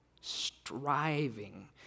Striving